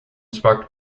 sparked